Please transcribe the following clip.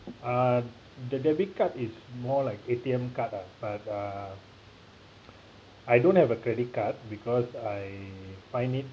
uh the debit card is more like A_T_M card ah but uh I don't have a credit card because I find it